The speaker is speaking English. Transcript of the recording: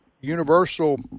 universal